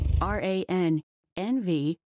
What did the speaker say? R-A-N-N-V